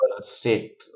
state